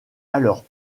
alors